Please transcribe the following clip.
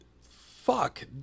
fuck